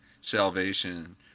salvation